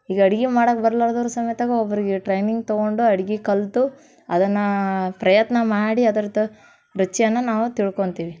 ಈಗ ಅಡ್ಗೆ ಮಾಡಕ್ಕೆ ಬರಲಾರ್ದೋರು ಸಮೇತ ಒಬ್ಬರಿಗೆ ಟ್ರೈನಿಂಗ್ ತೊಗೊಂಡು ಅಡ್ಗೆ ಕಲಿತು ಅದನ್ನು ಪ್ರಯತ್ನ ಮಾಡಿ ಅದರದ್ದು ರುಚಿಯನ್ನು ನಾವು ತಿಳ್ಕೋತೀವಿ